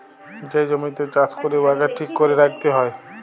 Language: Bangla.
যে জমিতে চাষ ক্যরে উয়াকে ঠিক ক্যরে রাইখতে হ্যয়